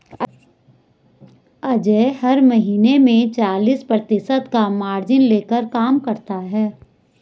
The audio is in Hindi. अजय हर महीने में चालीस प्रतिशत का मार्जिन लेकर काम करता है